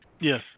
Yes